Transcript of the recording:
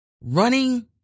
running